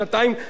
באולם הזה,